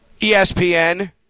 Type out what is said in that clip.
ESPN